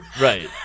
Right